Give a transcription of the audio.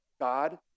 God